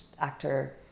actor